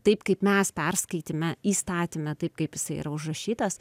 taip kaip mes perskaitėme įstatyme taip kaip jisai yra užrašytas